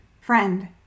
Friend